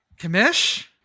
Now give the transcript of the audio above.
Kamish